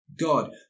God